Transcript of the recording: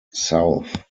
south